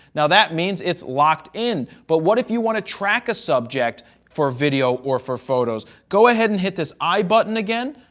now that means it's locked in. but what if you want to track a subject for video or for photos, go ahead and hit this i button again.